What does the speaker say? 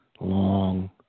long